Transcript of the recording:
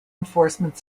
enforcement